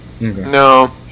No